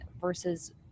versus